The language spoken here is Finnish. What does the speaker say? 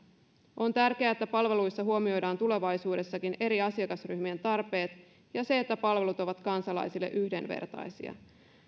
on tärkeää että palveluissa huomioidaan tulevaisuudessakin eri asiakasryhmien tarpeet ja se että palvelut ovat kansalaisille yhdenvertaisia